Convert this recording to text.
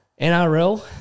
NRL